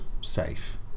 safe